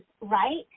right